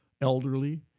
elderly